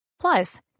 Plus